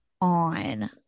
on